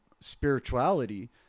spirituality